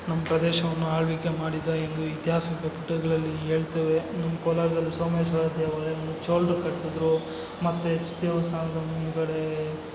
ನಮ್ಮ ಪ್ರದೇಶವನ್ನು ಆಳ್ವಿಕೆ ಮಾಡಿದ ಎಂದು ಇತಿಹಾಸದ ಪುಟಗಳಲ್ಲಿ ಹೇಳ್ತೇವೆ ನಮ್ಮ ಕೋಲಾರದಲ್ಲಿ ಸೋಮೇಶ್ವರ ದೇವಾಲಯ ಚೋಳರು ಕಟ್ಟಿದ್ರು ಮತ್ತು ದೇವಸ್ಥಾನದ ಮುಂದುಗಡೇ